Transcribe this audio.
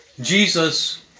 Jesus